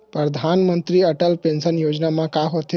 परधानमंतरी अटल पेंशन योजना मा का होथे?